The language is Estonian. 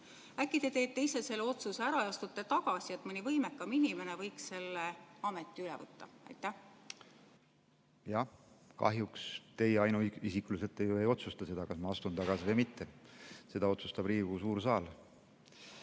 Äkki te teete ise selle otsuse ära ja astute tagasi, et mõni võimekam inimene võiks selle ameti üle võtta? Jah, kahjuks teie ainuisikuliselt ju ei otsusta seda, kas ma astun tagasi või mitte. Seda otsustab Riigikogu suur saal.